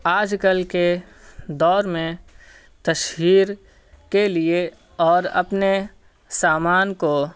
آج کل کے دور میں تشہیر کے لیے اور اپنے سامان کو